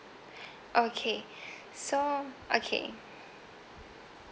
okay so okay